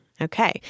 Okay